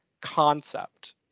concept